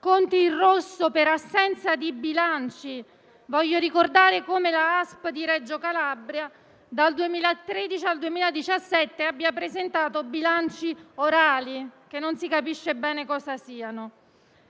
conti in rosso per assenza di bilanci - voglio ricordare come l'Azienda sanitaria provinciale (ASP) di Reggio Calabria dal 2013 al 2017 abbia presentato bilanci orali, che non si capisce bene cosa siano